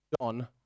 John